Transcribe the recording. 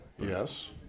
Yes